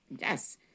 Yes